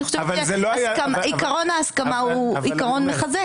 אני חושבת שעקרון ההסכמה הוא עקרון מחזק.